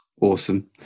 Awesome